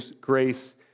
grace